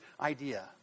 idea